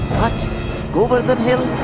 govardhan hill?